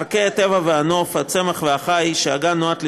ערכי הטבע והנוף, הצמח והחי, שהגן נועד לשמר,